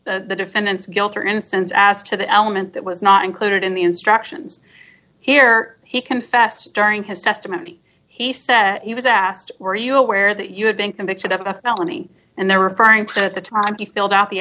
the defendant's guilt or innocence as to the element that was not included in the instructions here he confessed during his testimony he said he was asked were you aware that you had been convicted of a felony and they're referring to at the time he filled out the